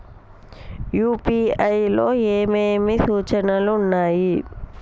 UPI లో ఏమేమి సూచనలు ఉన్నాయి?